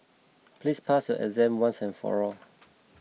please pass your exam once and for all